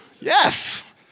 Yes